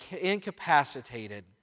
incapacitated